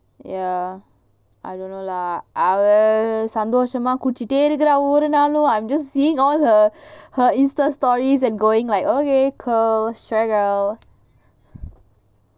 ya I don't know lah அவசந்தோசமாகுதிச்சிட்டேஇருக்கராஒவ்வொருநாளும்:ava sandhosama kuthichite irukura ovvoru nalum I'm just seeing all her her insta stories and going like okay cool